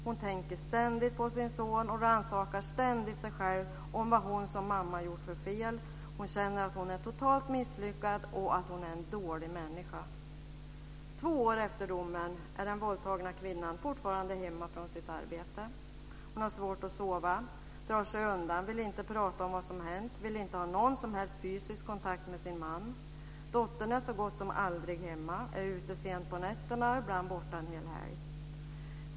Hon tänker ständigt på sin son och rannsakar sig själv och undrar vad hon som mamma gjort för fel. Hon känner att hon är totalt misslyckad och en dålig människa. Två år efter domen är den våldtagna kvinnan fortfarande hemma från sitt arbete. Hon har svårt att sova. Hon drar sig undan och vill inte prata om vad som hänt. Hon vill inte ha någon som helst fysisk kontakt med sin man. Dottern är så gott som aldrig hemma. Hon är ute sent på nätterna, och är ibland borta en hel helg.